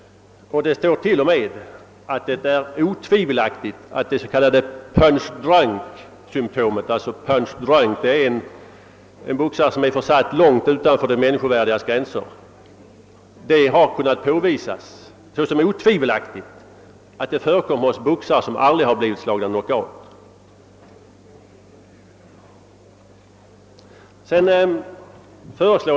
Det står t.o.m. i utredningen att det s.k. punch drunk-symtomet — punch drunk är alltså en boxare som definitivt försatts utanför det människovärdigas gränser — otvivelaktigt kunnat påvisas hos boxare som aldrig blivit slagna knockout.